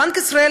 בנק ישראל,